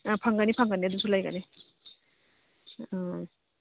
ꯑꯦ ꯐꯪꯒꯅꯤ ꯐꯪꯒꯅꯤ ꯑꯗꯨꯁꯨ ꯂꯩꯒꯅꯤ ꯑꯥ